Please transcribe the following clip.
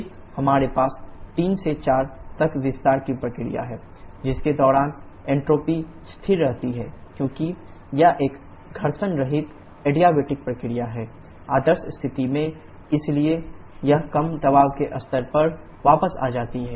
फिर हमारे पास 3 से 4 तक विस्तार की प्रक्रिया है जिसके दौरान एन्ट्रापी स्थिर रहती है क्योंकि यह एक घर्षण रहित एडियाबेटिक प्रक्रिया है आदर्श स्थिति में इसलिए यह कम दबाव के स्तर पर वापस आ जाती है